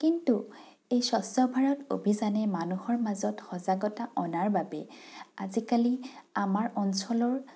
কিন্তু এই স্বচ্ছ ভাৰত অভিযানে মানুহৰ মাজত সজাগতা অনাৰ বাবে আজিকালি আমাৰ অঞ্চলৰ